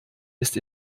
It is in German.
ist